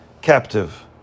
captive